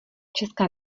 česká